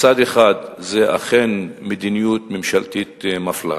מצד אחד זו אכן מדיניות ממשלתית מפלה,